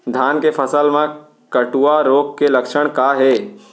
धान के फसल मा कटुआ रोग के लक्षण का हे?